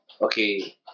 okay